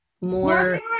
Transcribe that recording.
More